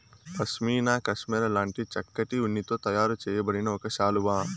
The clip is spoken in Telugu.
పష్మీనా కష్మెరె లాంటి చక్కటి ఉన్నితో తయారు చేయబడిన ఒక శాలువా